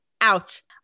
ouch